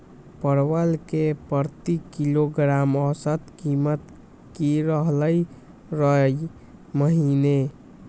परवल के प्रति किलोग्राम औसत कीमत की रहलई र ई महीने?